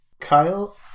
Kyle